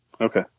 Okay